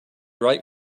right